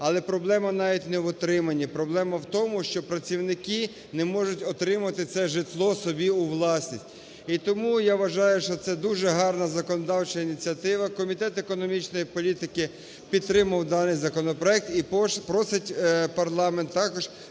Але проблема навіть не в утриманні, проблема в тому, що працівники не можуть отримати це житло собі у власність. І тому я вважаю, що це дуже гарна законодавча ініціатива. Комітет економічної політики підтримав даний законопроект і просить парламент також